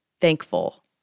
Thankful